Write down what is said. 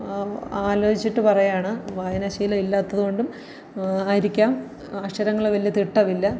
ആലോചിച്ചിട്ട് പറയുകയാണ് വായനാശീലം ഇല്ലാത്തത് കൊണ്ടും ആയിരിക്കാം അക്ഷരങ്ങൾ വലിയ തിട്ടമില്ല